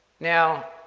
now,